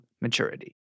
maturity